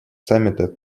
саммита